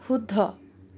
শুদ্ধ